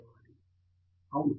professor Andrew Thangaraj అవును